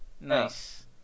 Nice